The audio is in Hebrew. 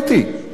בוודאי.